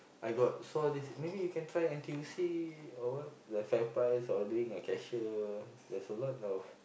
I got saw this maybe you can try N_T_U_C or what the FairPrice or doing a cashier there's a lot of